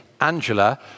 Angela